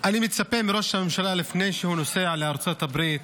אני מצפה מראש הממשלה שלפני שהוא נוסע לארצות הברית,